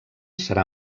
serà